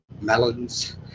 melons